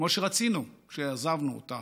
כמו שרצינו כשעזבנו אותה,